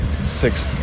six